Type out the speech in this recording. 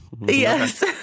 Yes